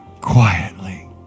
Quietly